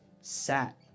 sat